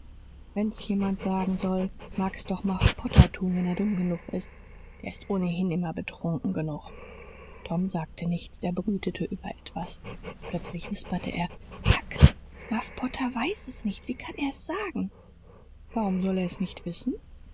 wenn's jemand sagen soll mag's doch muff potter tun wenn er dumm genug ist der ist ohnehin immer betrunken genug tom sagte nichts er brütete über etwas plötzlich wisperte er huck muff potter weiß es nicht wie kann er's sagen warum sollt er's nicht wissen